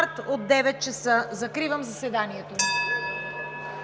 Закривам заседанието.